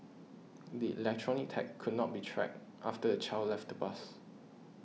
the electronic tag could not be tracked after the child left the bus